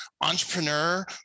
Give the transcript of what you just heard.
entrepreneur